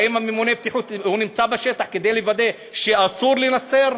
האם ממונה הבטיחות נמצא בשטח כדי לוודא שאסור לנסר?